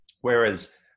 Whereas